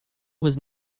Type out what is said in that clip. was